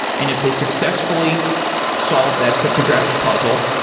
and if they successfully solve that cryptographic puzzle,